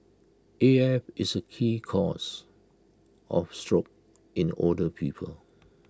A F is A key cause of stroke in older people